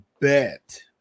bet